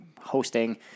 hosting